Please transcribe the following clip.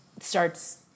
starts